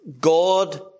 God